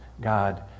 God